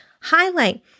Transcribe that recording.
highlight